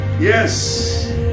Yes